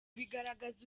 bigaragaza